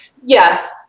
Yes